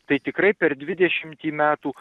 tai tikrai per dvidešimtį metų